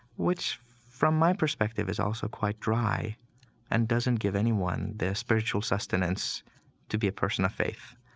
which, from my perspective, is also quite dry and doesn't give anyone the spiritual sustenance to be a person of faith,